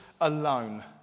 alone